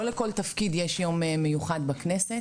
לא לכל תפקיד יש יום מיוחד בכנסת,